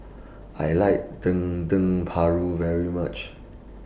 I like Dendeng Paru very much